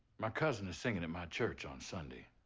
my cousin is singing at my church on sunday.